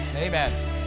Amen